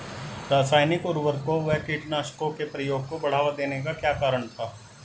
रासायनिक उर्वरकों व कीटनाशकों के प्रयोग को बढ़ावा देने का क्या कारण था?